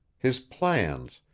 his plans,